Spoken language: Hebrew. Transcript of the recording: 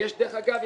דרך אגב,